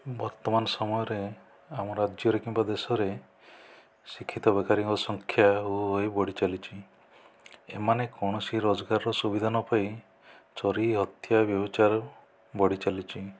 ବର୍ତ୍ତମାନ ସମୟରେ ଆମ ରାଜ୍ୟରେ କିମ୍ବା ଦେଶରେ ଶିକ୍ଷିତ ବେକାରୀଙ୍କ ସଂଖ୍ୟା ହୁ ହୁ ହୋଇ ବଢ଼ିଚାଲିଛି ଏମାନେ କୌଣସି ରୋଜଗାରର ସୁବିଧା ନପାଇ ଚୋରି ଅତି ବ୍ୟଭିଚାର ବଢ଼ି ଚାଲିଛି